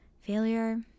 failure